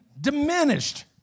diminished